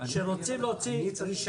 שצריך לעשות.